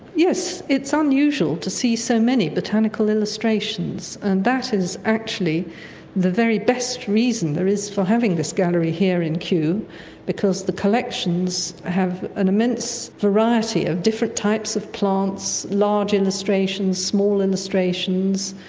yes, it's unusual to see so many botanical illustrations, and that is actually the very best reason there is for having this gallery here in kew because the collections have an immense variety of different types of plants, large illustrations, small illustrations,